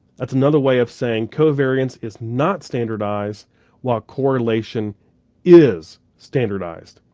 that's another way of saying covariance is not standardized while correlation is standardized.